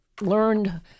learned